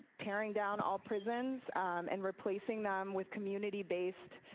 tearing down all prisons and replacing them with community based